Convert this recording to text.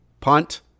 punt